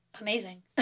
amazing